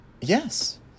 Yes